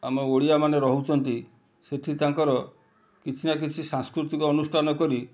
ଆମ ଓଡ଼ିଆମାନେ ରହୁଛନ୍ତି ସେଠି ତାଙ୍କର କିଛି ନା କିଛି ସାସ୍କୃତିକ ଅନୁଷ୍ଠାନ କରି